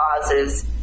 causes